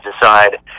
decide